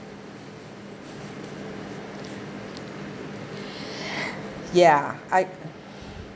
ya I